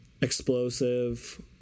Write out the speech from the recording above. explosive